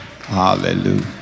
Hallelujah